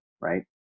right